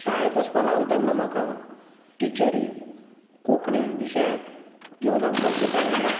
शाळेंत वचपा लागलो तेन्ना म्हाका टिचरी कोंकणी विशयाक घेवन आमकां शिकयताल्यो